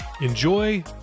Enjoy